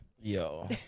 yo